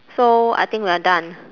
so I think we are done